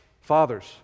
fathers